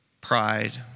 pride